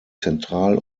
zentral